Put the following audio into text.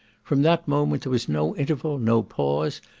from that moment there was no interval, no pause,